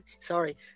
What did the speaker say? sorry